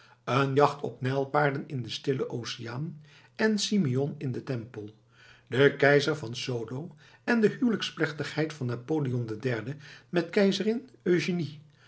een jacht op nijlpaarden in den stillen oceaan en simeon in den tempel den keizer van solo en de huwelijksplechtigheid van napoleon iii met keizerin